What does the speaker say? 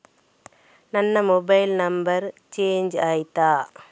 ನನ್ನ mobile number change ಆಯ್ತಾ?